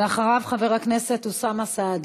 בבקשה, ואחריו חבר הכנסת אוסאמה סעדי.